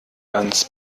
ganz